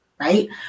right